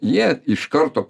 jie iš karto